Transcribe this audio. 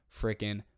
freaking